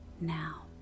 Now